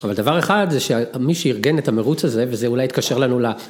אבל דבר אחד זה שמי שאירגן את המרוץ הזה, וזה אולי יתקשר לנו ל...